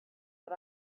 but